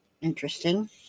Interesting